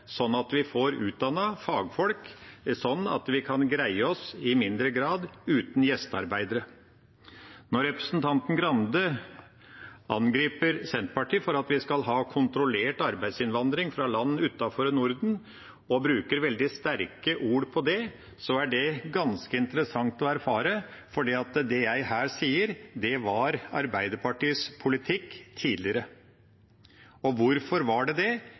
vi får utdannet fagfolk sånn at vi kan greie oss i større grad uten gjestearbeidere. Når representanten Grande angriper Senterpartiet for at vi skal ha kontrollert arbeidsinnvandring fra land utenfor Norden, og bruker veldig sterke ord på det, er det ganske interessant å erfare, for det jeg her sier, var Arbeiderpartiets politikk tidligere. Hvorfor var det det?